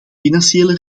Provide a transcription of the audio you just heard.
financiële